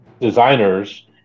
designers